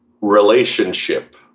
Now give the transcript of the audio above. relationship